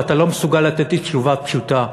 ואתה לא מסוגל לתת לי תשובה פשוטה.